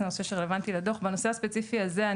לנושא שרלוונטי לדוח בנושא הספציפי הזה.